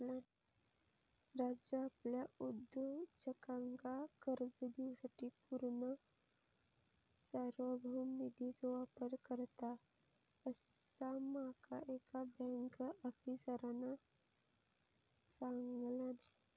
राज्य आपल्या उद्योजकांका कर्ज देवूसाठी पूर्ण सार्वभौम निधीचो वापर करता, असा माका एका बँक आफीसरांन सांगल्यान